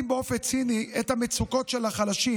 באופן ציני את המצוקות של החלשים,